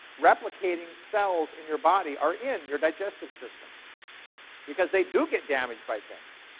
replicating cells in your body are in your digestive system because they do get damaged by things.